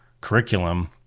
curriculum